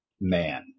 man